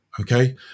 okay